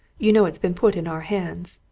you know it's been put in our hands.